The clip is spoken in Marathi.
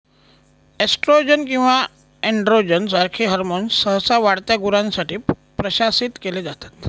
एस्ट्रोजन किंवा एनड्रोजन सारखे हॉर्मोन्स सहसा वाढत्या गुरांसाठी प्रशासित केले जातात